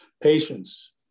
patience